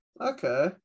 Okay